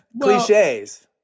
cliches